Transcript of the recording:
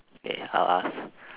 k I'll ask